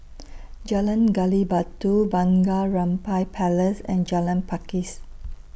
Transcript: Jalan Gali Batu Bunga Rampai Place and Jalan Pakis